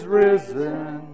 risen